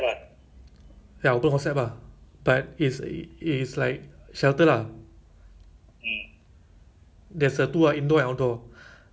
phase two is about nineteen june kan so about late about twenty seven or twenty eight june I go out my my friend makan dekat tu ah orchid house